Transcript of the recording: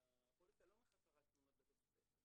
--- הפוליסה לא מכסה רק תאונות בבית הספר,